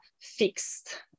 fixed